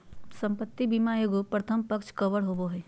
संपत्ति बीमा एगो प्रथम पक्ष कवर होबो हइ